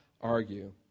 argue